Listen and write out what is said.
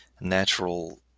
natural